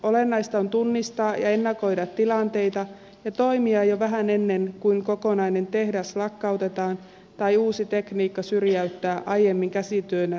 olennaista on tunnistaa ja ennakoida tilanteita ja toimia jo vähän ennen kuin kokonainen tehdas lakkautetaan tai uusi tekniikka syrjäyttää aiemmin käsityönä tehdyn homman